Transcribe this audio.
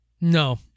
No